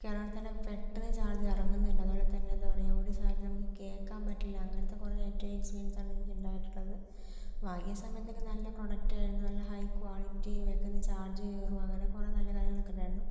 കയറാണെങ്കിൽ തന്നെ പെട്ടെന്ന് ചാർജ് ഇറങ്ങുന്നുണ്ട് അതുപോലെതന്നെ എന്താ പറയുക ഒരു സാധനം നമുക്ക് കേൾക്കാൻ പറ്റുന്നില്ല അങ്ങനത്തെ കുറെ നെഗറ്റീവ് എക്സ്പീരിയൻസാണ് എനിക്ക് ഉണ്ടായിട്ടുള്ളത് വാങ്ങിയ സമയത്തൊക്കെ നല്ല പ്രൊഡക്റ്റായിരുന്നു നല്ല ഹൈ ക്വാളിറ്റി വെക്കന്ന് ചാർജ് കയറും അങ്ങനെ കുറെ നല്ല കാര്യങ്ങളാക്കെയുണ്ടായിരുന്നു